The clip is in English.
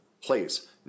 place